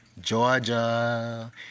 georgia